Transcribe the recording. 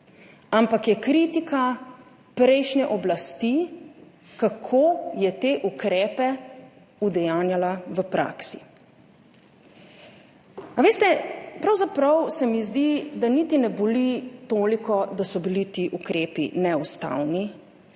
ampak je kritika prejšnje oblasti, kako je te ukrepe udejanjala v praksi. Veste, pravzaprav se mi zdi, da niti ne boli toliko to, da so bili ti ukrepi neustavni,